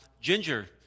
ginger